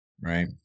Right